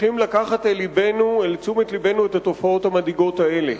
צריכים לקחת אל תשומת לבנו את התופעות המדאיגות האלה,